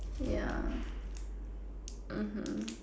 ya mmhmm